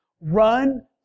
Run